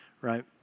right